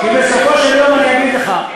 כי בסופו של יום אני אגיד לך,